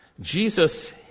Jesus